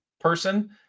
person